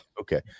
Okay